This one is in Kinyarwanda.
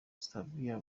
stevia